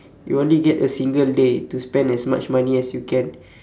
you only get a single day to spend as much money as you can